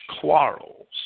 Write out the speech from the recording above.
quarrels